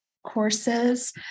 courses